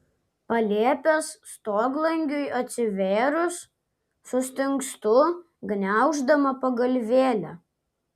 palėpės stoglangiui atsivėrus sustingstu gniauždama pagalvėlę